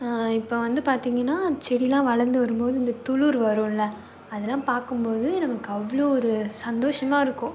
இப்போ வந்து பார்த்திங்கனா செடியெலாம் வளர்ந்து வரும்போது இந்த துளிர் வரும்ல அதெலாம் பார்க்கும்போது நமக்கு அவ்வளோ ஒரு சந்தோஷமாக இருக்கும்